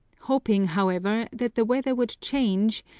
hoping, however, that the weather would change,